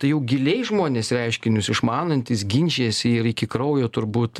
tai jau giliai žmonės reiškinius išmanantys ginčijasi ir iki kraujo turbūt